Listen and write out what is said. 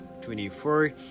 24